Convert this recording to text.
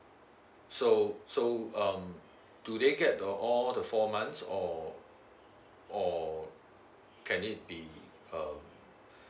so so um do they get the all the four months or or can it be um